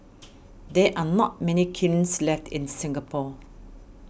there are not many kilns left in Singapore